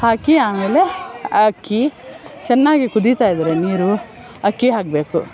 ಹಾಕಿ ಆಮೇಲೆ ಅಕ್ಕಿ ಚೆನ್ನಾಗಿ ಕುದಿತಾ ಇದ್ದರೆ ನೀರು ಅಕ್ಕಿ ಹಾಕಬೇಕು